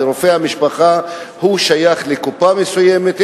רופא המשפחה שייך לקופה מסוימת,